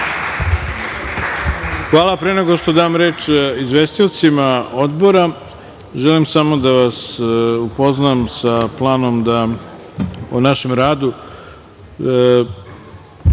Hvala. Pre nego što dam reč izvestiocima odbora, želim samo da vas upoznam sa našim radom.